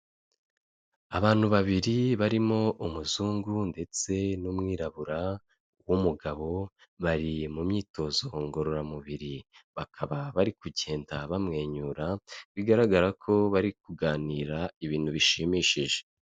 Abantu babiri barimo umuzungu ndetse n'umwirabura w'umugabo, bari mu myitozo ngororamubiri, bakaba bari kugenda bamwenyura, bigaragara ko bari kuganira ibintu bishimishije.